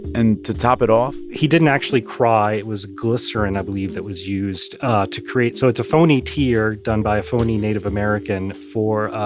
and to top it off. he didn't actually cry. it was glycerin, i believe, that was used to create. so it's a phony tear done by a phony native american for